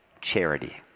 charity